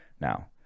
now